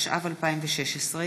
התשע"ו 2016,